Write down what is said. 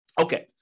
Okay